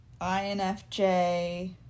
INFJ